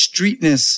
streetness